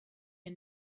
and